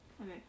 Okay